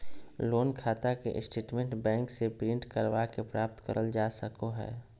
loan खाता के statement bank से प्रिंट करवा के प्राप्त करल जा सको हय